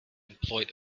employed